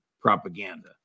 propaganda